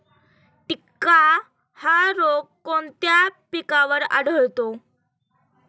टिक्का हा रोग कोणत्या पिकावर आढळतो?